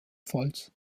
pfalz